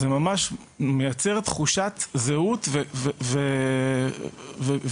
זה מייצר תחושת זהות, ומפה,